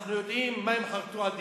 אנחנו יודעים מה הם חרתו על דגלם.